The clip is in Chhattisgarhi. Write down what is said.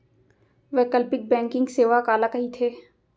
वैकल्पिक बैंकिंग सेवा काला कहिथे?